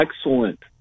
excellent